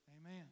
Amen